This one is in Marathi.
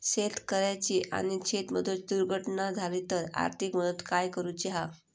शेतकऱ्याची आणि शेतमजुराची दुर्घटना झाली तर आर्थिक मदत काय करूची हा?